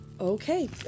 Okay